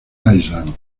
island